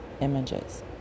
images